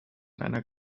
einer